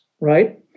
Right